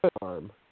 arm